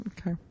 Okay